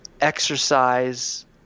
exercise –